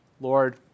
Lord